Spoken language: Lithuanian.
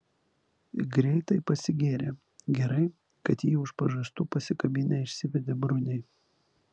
greitai pasigėrė gerai kad jį už pažastų pasikabinę išsivedė bruniai